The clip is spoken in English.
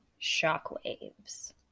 Shockwaves